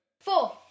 Four